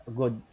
good